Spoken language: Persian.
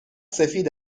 سفید